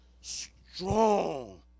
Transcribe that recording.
strong